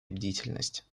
бдительность